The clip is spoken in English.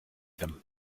them